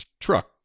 truck